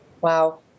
Wow